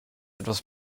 etwas